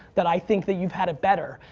that i think that you've had it better.